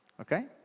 okay